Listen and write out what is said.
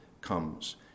comes